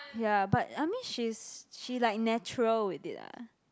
ya but I mean she's she like natural with it ah